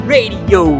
Radio